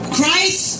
Christ